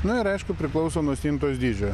na ir aišku priklauso nuo stintos dydžio